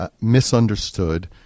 misunderstood